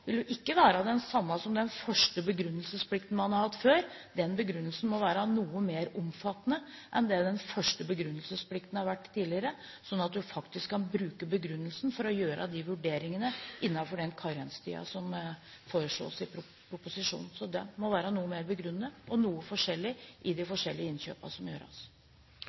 vil jo ikke være den samme som den første begrunnelsesplikten man har hatt før. Den begrunnelsen må være noe mer omfattende enn det den første begrunnelsesplikten har vært tidligere, slik at man faktisk kan bruke begrunnelsen for å gjøre de vurderingene innenfor den karenstiden som foreslås i proposisjonen. Så det må være noe mer begrunnet og noe forskjellig i de forskjellige innkjøpene som gjøres.